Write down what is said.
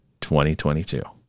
2022